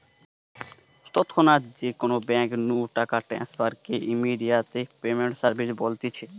তৎক্ষণাৎ যে কোনো বেঙ্ক নু টাকা ট্রান্সফার কে ইমেডিয়াতে পেমেন্ট সার্ভিস বলতিছে